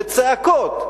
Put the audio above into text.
בצעקות,